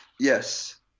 Yes